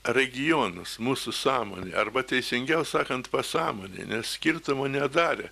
regionus mūsų sąmonė arba teisingiau sakant pasąmonė nes skirtumo nedarė